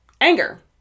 anger